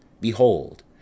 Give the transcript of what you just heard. Behold